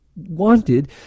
wanted